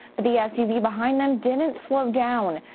the s u v behind them didn't slow down.